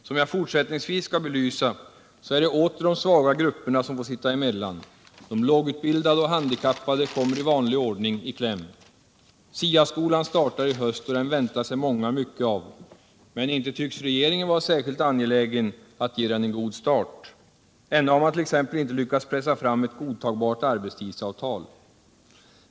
Som jag fortsättningsvis skall belysa är det åter de svaga grupperna som får sitta emellan: de lågutbildade och handikappade kommer i vanlig ordning i kläm. SIA-skolan startar i höst, och den väntar sig många mycket av. Men inte tycks regeringen vara särskilt angelägen att ge den en god start: ännu har man t.ex. inte lyckats pressa fram ett godtagbart arbetstidsavtal.